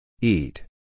Eat